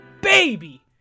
baby